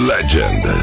Legend